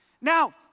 now